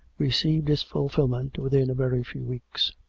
received its ful filment within a very few weeks.